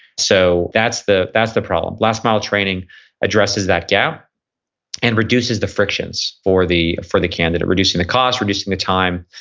so that's the that's the problem last mile training addresses that gap and reduces the frictions for the for the candidate. reducing the cost, reducing the time,